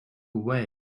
away